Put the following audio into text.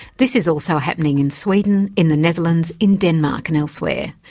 this is also happening in sweden, in the netherlands, in denmark and elsewhere.